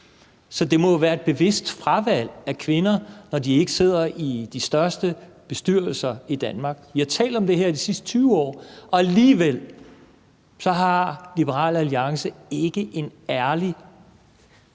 Så det må være et bevidst fravalg af kvinder, når de ikke sidder i de største bestyrelser i Danmark. Vi har talt om det her i de sidste 20 år, og alligevel har Liberal Alliance ikke en ærlig